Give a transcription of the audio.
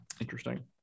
Interesting